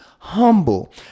humble